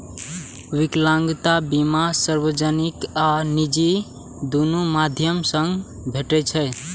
विकलांगता बीमा सार्वजनिक आ निजी, दुनू माध्यम सं भेटै छै